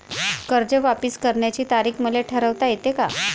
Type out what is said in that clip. कर्ज वापिस करण्याची तारीख मले ठरवता येते का?